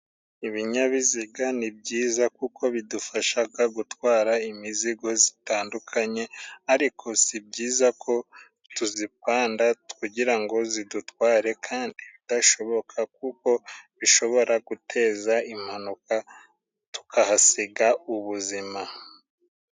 Ibinyabiziga ni byiza kuko bidufashaga gutwara imizigo zitandukanye. Ariko si byiza ko tuzipanda kugirango zidutware, kandi bidashoboka kuko bishobora guteza impanuka, tukahasiga ubuzima.